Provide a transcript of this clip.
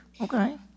Okay